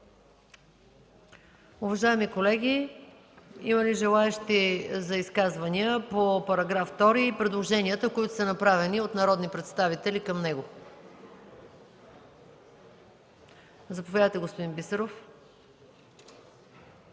Уважаеми колеги, има ли желаещи за изказвания по § 2 и предложенията, които са направени от народни представители към него? Заповядайте, господин Бисеров.